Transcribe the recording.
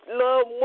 love